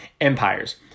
Empires